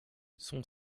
son